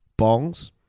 bongs